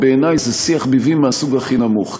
ובעיני זה שיח ביבים מהסוג הכי נמוך,